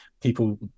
people